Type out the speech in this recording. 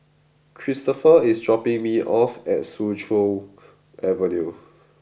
Christopher is dropping me off at Soo Chow Avenue